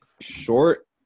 short